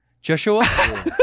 Joshua